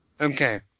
Okay